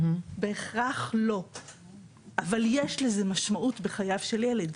לא בהכרח, אבל יש לזה משמעות בחייו של ילד.